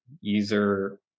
user